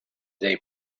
they